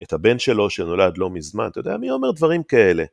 את הבן שלו שנולד לא מזמן, אתה יודע, מי אומר דברים כאלה?!